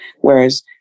Whereas